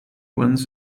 ones